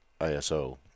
iso